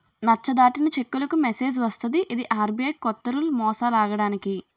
నచ్చ దాటిన చెక్కులకు మెసేజ్ వస్తది ఇది ఆర్.బి.ఐ కొత్త రూల్ మోసాలాగడానికి